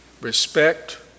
respect